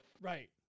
Right